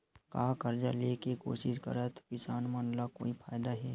का कर्जा ले के कोशिश करात किसान मन ला कोई फायदा हे?